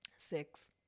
six